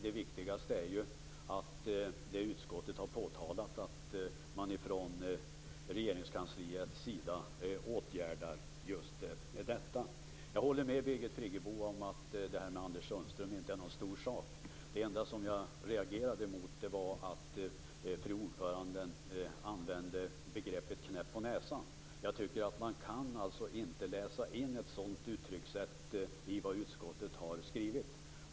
Det viktigaste är ju det som utskottet har påtalat och att man från Regeringskansliets sida åtgärdar just detta. Jag håller med Birgit Friggebo om att det här med Anders Sundström inte är någon stor sak. Det enda som jag reagerade mot var att fru ordförande använde begreppet knäpp på näsan. Jag tycker inte att man kan läsa in ett sådant uttryckssätt i vad utskottet har skrivit.